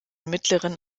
mittleren